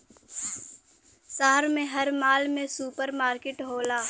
शहर में हर माल में सुपर मार्किट होला